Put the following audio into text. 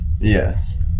Yes